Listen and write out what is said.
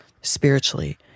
spiritually